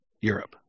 Europe